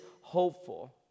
hopeful